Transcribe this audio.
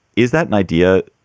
is that an idea,